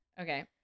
Okay